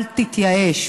אל תתייאש.